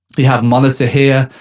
you have monitor here,